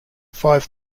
five